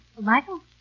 Michael